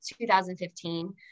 2015